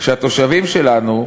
שהתושבים שלנו,